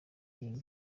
bintu